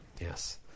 Yes